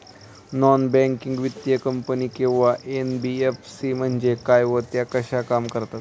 Non banking वित्तीय company किंवा NBFC म्हणजे काय व त्या कशा काम करतात?